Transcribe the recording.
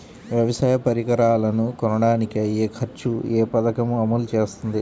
వ్యవసాయ పరికరాలను కొనడానికి అయ్యే ఖర్చు ఏ పదకము అమలు చేస్తుంది?